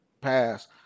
pass